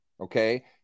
Okay